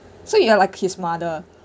so you are like his mother